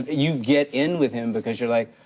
you get in with him because you're like,